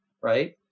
right